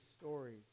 stories